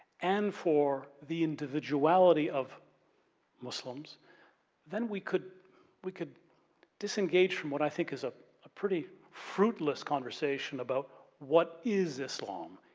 and for the individuality of muslims then we could we could disengage from what i think is a pretty fruitless conversation about what is islam.